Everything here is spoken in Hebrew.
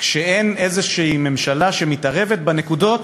כשאין איזושהי ממשלה שמתערבת בנקודות